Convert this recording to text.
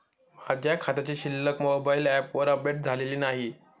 माझ्या खात्याची शिल्लक मोबाइल ॲपवर अपडेट झालेली नाही